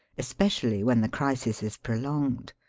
especially when the crisis is prolonged.